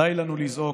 די לנו לזעוק,